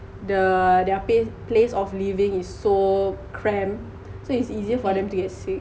the their place place of living is so cramped so it's easier for them to get sick